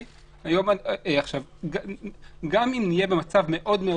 גם אם נהיה במצב קל מאוד,